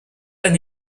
and